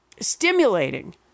stimulating